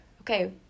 okay